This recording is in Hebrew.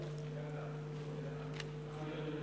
לרשותך שלוש